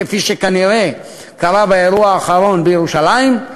כפי שכנראה קרה באירוע האחרון בירושלים,